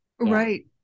right